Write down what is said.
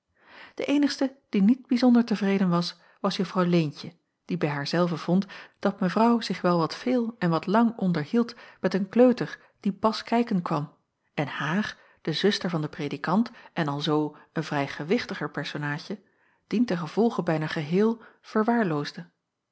de eenigste die niet bijzonder tevreden was was juffrouw leentje die bij haar zelve vond dat mevrouw zich wel wat veel en wat lang onderhield met een kleuter die pas kijken kwam en haar de zuster van den predikant en alzoo een vrij gewichtiger personaadje dien ten gevolge bijna geheel verwaarloosde